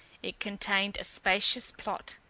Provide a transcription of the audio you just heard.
it contained a spacious plot,